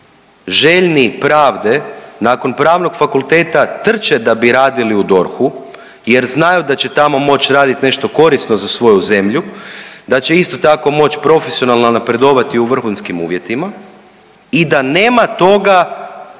željni pravde nakon pravnog fakulteta trče da bi radili u DORH-u jer znaju da će tamo moći raditi nešto korisno za svoju zemlju, da će isto tako, moći profesionalno napredovati u vrhunskih uvjetima i da nema toga